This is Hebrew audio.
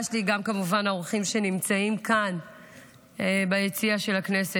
שלי גם כמובן האורחים שנמצאים כאן ביציע של הכנסת,